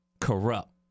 Corrupt